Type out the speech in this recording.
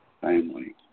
family